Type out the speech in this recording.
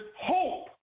hope